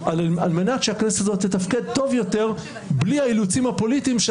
על מנת שהכנסת הזאת תתפקד טוב יותר בלי האילוצים הפוליטיים של